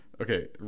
okay